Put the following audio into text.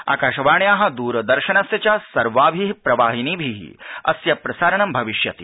आकाशवाण्या दूरदर्शनस्य च सर्वाभि प्रवाहिनीभि अस्य प्रसारणं भविष्यति